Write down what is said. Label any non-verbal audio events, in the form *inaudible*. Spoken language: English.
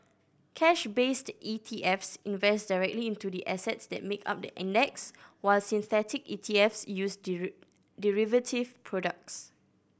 cash based E T Fs invest directly into the assets that make up the index while synthetic E T Fs use *unintelligible* derivative products